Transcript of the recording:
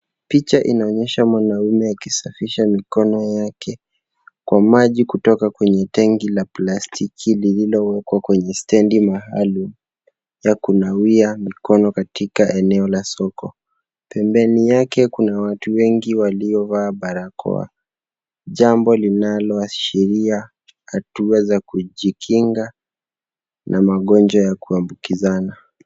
Picha inaonyesha mwanaume akisafisha mikono yake, kwa maji kutoka kwenye tenki la plastiki lilo wekwa kwenye stendi maalum ya kunawia mikono katika eneo la soko. Pembeni yake kuna watu wengi walio vaa barakoa jambo linalo ashiria hatua za kujikinga na magonjwa ya kuambukizana.